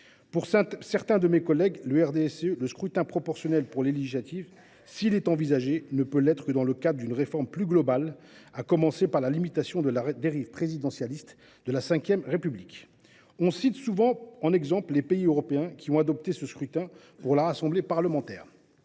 Pour certains de mes collègues du RDSE, le scrutin proportionnel pour les législatives, s’il est envisagé, ne peut l’être que dans le cadre d’une réforme plus globale, à commencer par la limitation de la dérive présidentialiste de la V République. On cite souvent en exemple les pays européens qui ont adopté ce scrutin pour leur assemblée parlementaire.